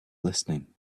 listening